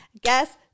Guess